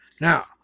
Now